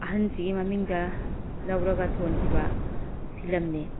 ꯑꯍꯟꯁꯤꯒꯤ ꯃꯃꯤꯡꯗ ꯂꯧꯔꯒ ꯊꯣꯟꯈꯤꯕ ꯐꯤꯂꯝꯅꯤ